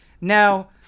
Now